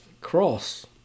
cross